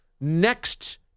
next